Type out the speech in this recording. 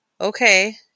okay